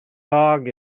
dog